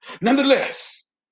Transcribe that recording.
Nonetheless